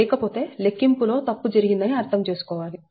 లేకపోతే లెక్కింపు లో తప్పు జరిగిందని అర్థం చేసుకోవాలి